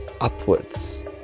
upwards